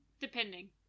Depending